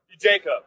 jacob